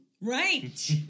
Right